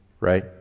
Right